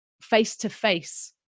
face-to-face